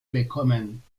bekommen